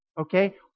Okay